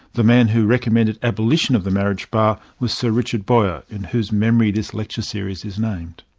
the man who recommended abolition of the marriage bar was sir richard boyer, in whose memory this lecture series is named.